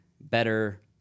better